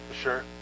Sure